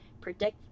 predict